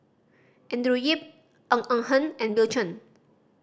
Andrew Yip Ng Eng Hen and Bill Chen